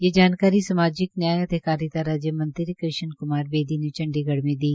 यह जानकारी सामाजिक न्याय एवं अधिकारिता राज्य मंत्री श्री कृष्ण कुमार बेदी ने चंडीगढ़ में दी